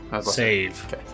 Save